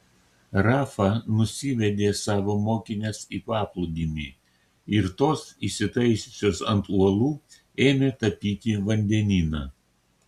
rafa nusivedė savo mokines į paplūdimį ir tos įsitaisiusios ant uolų ėmė tapyti vandenyną